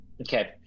Okay